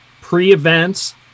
pre-events